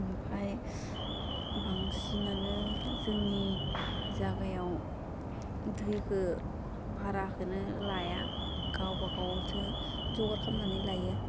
ओमफाय बांसिनानो जोंनि जागायाव दैखो बाराखोनो लाया गावबा गावसो जगार खालामनानै लायो